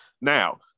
now